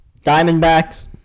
Diamondbacks